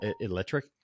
electric